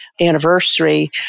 anniversary